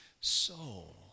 soul